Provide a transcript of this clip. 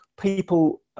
people